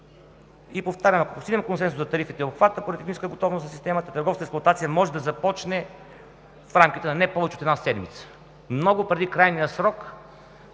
И повтарям, ако постигнем консенсус за тарифите и обхвата поради техническа готовност на системата, търговската експлоатация може да започне в рамките на не повече от една седмица – много преди крайния срок